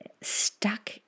stuck